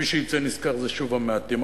מי שיצא נשכר זה שוב המעטים.